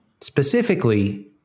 specifically